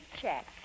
check